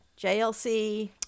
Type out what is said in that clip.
jlc